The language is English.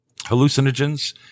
hallucinogens